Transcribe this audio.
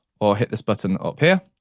or hit this button up here,